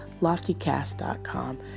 LoftyCast.com